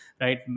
right